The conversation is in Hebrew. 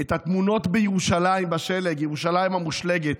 את התמונות בירושלים בשלג, בירושלים המושלגת: